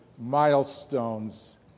milestones